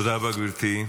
תודה רבה, גברתי.